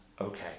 okay